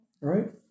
right